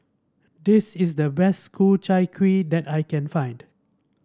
this is the best Ku Chai Kuih that I can find